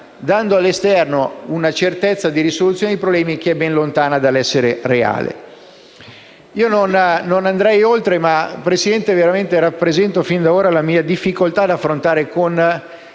dando all'esterno una certezza di risoluzione dei problemi che è ben lontana dall'essere reale. Non intendo andare oltre, signora Presidente, rappresentando però fin da ora la mia difficoltà ad affrontare con